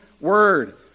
word